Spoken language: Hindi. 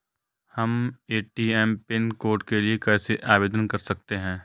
हम ए.टी.एम पिन कोड के लिए कैसे आवेदन कर सकते हैं?